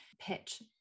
pitch